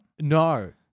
No